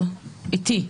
איתך.